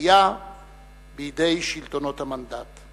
בתלייה בידי שלטונות המנדט.